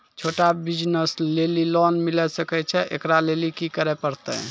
छोटा बिज़नस लेली लोन मिले सकय छै? एकरा लेली की करै परतै